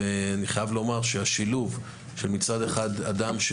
אני חייב לומר שהשילוב של אדם שמצד אחד